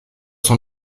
sans